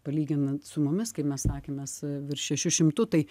palyginant su mumis kai mes sakėm mes virš šešių šimtų tai